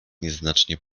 nieznacznie